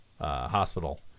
hospital